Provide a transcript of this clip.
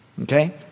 okay